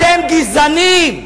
אתם גזענים.